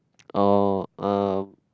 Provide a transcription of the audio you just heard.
oh um